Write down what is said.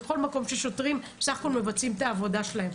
ובכל מקום ששוטרים בסך הכול מבצעים את העבודה שלהם.